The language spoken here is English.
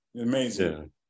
Amazing